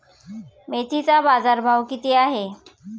मेथीचा बाजारभाव किती आहे?